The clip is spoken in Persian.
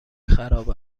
خراب